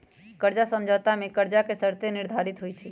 कर्जा समझौता में कर्जा के शर्तें निर्धारित होइ छइ